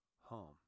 home